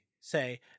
say